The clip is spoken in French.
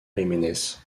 jiménez